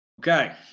Okay